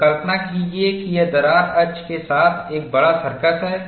और कल्पना कीजिए कि यह दरार अक्ष के साथ एक बड़ा सर्कस है